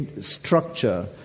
structure